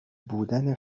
بودن